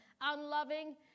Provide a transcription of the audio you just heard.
unloving